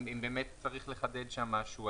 אם באמת צריך לחדד שם משהו,